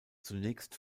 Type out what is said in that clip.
zunächst